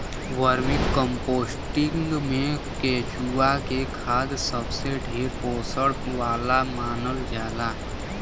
vermicomposting में केचुआ के खाद सबसे ढेर पोषण वाला मानल जाला